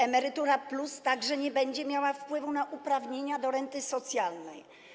Emerytura+” także nie będzie miała wpływu na uprawnienia do renty socjalnej.